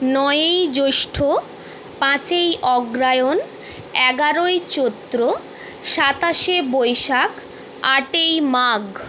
নয়ই জৈষ্ঠ্য পাঁচই অগ্রহায়ণ এগারোই চৈত্র সাতাশে বৈশাখ আটই মাঘ